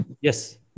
Yes